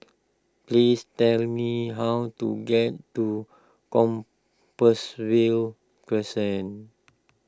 please tell me how to get to Compassvale Crescent